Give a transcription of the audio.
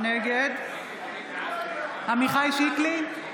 נגד עמיחי שיקלי,